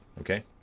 Okay